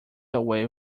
away